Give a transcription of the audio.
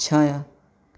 छाया